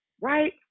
Right